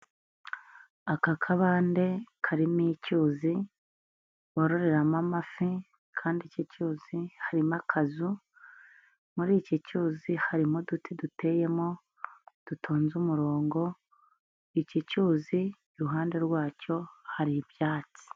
Aka kabande karimo icyuzi bororeramo amafi, kandi icyo cyuzi harimo akazu, muri iki cyuzi harimo uduti duteyemo dutonze umurongo, iki cyuzi iruhande rwacyo hari ibyatsi.